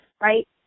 right